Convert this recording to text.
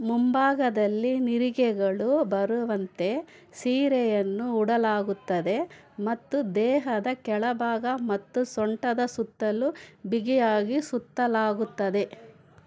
ಮುಂಭಾಗದಲ್ಲಿ ನಿರಿಗೆಗಳು ಬರುವಂತೆ ಸೀರೆಯನ್ನು ಉಡಲಾಗುತ್ತದೆ ಮತ್ತು ದೇಹದ ಕೆಳಭಾಗ ಮತ್ತು ಸೊಂಟದ ಸುತ್ತಲೂ ಬಿಗಿಯಾಗಿ ಸುತ್ತಲಾಗುತ್ತದೆ